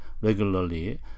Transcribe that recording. regularly